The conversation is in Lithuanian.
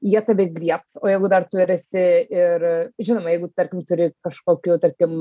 jie tave griebs o jeigu dar tu ir esi ir žinoma jeigu tarkim turi kažkokių tarkim